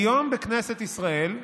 היום, בכנסת ישראל,